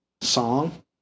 song